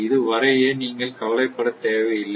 இது வரைய நீங்கள் கவலைப்பட தேவையில்லை